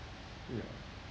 ya